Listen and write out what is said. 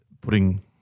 putting